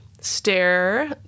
stare